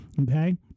okay